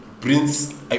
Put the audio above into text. Prince